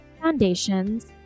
Foundations